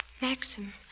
Maxim